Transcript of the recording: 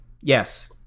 Yes